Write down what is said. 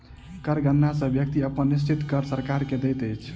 कर गणना सॅ व्यक्ति अपन निश्चित कर सरकार के दैत अछि